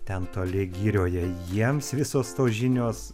ten toli girioje jiems visos tos žinios